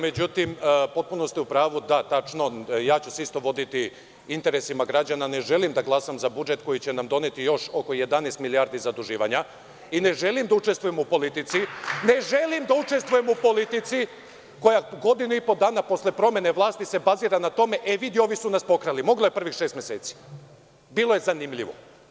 Međutim, potpuno ste u pravu, ja ću se isto voditi interesima građana, ne želim da glasam za budžet koji će nam doneti još oko 11 milijardi zaduživanja i ne želim da učestvujem u politici koja godinu i po dana posle promene vlasti se bazira na tome – e vidi, ovi su nas pokrali, a mogla je prvih 6 meseci i bilo je zanimljivo.